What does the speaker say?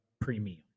premium